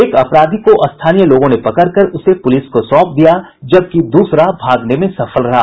एक अपराधी को स्थानीय लोगों ने पकड़ कर उसे पूलिस को सौंप दिया जबकि दूसरा भागने में सफल रहा